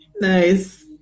Nice